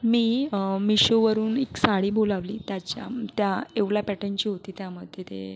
मी मिशोवरून एक साडी बोलावली त्याच्या या येवला पॅटर्नची होती त्यामध्ये ते